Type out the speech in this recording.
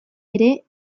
ere